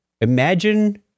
Imagine